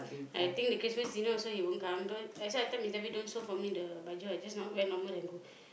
I think the Christmas dinner also he won't come that's why I tell don't sew for me the baju I just n~ wear normal and go